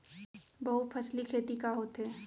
बहुफसली खेती का होथे?